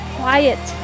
quiet